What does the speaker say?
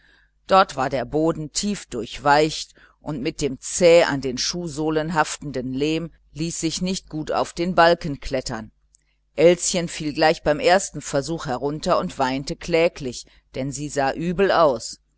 dort war der boden tief durchweicht und mit dem zäh an den fußsohlen haftenden lehm ließ sich nicht gut auf den balken klettern elschen fiel gleich beim ersten versuch herunter und weinte kläglich denn sie sah übel aus